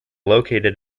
located